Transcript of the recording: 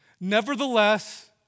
Nevertheless